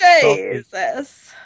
Jesus